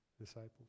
disciples